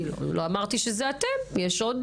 וגניקולוגיה,